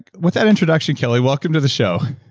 with that introduction, kelly, welcome to the show